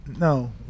No